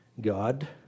God